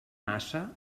massa